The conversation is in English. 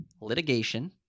litigation